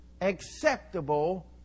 acceptable